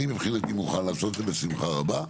אני מבחינתי מוכן לעשות את זה בשמחה רבה.